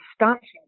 astonishing